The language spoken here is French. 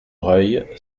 reuil